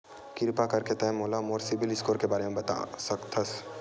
किरपा करके का तै मोला सीबिल स्कोर के बारे माँ बता सकथस?